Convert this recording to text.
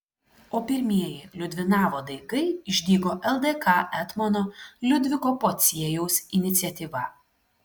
o pirmieji liudvinavo daigai išdygo ldk etmono liudviko pociejaus iniciatyva